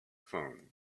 phone